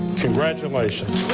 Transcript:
congratulations.